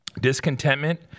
Discontentment